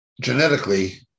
Genetically